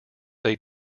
they